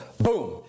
Boom